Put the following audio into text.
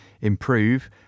improve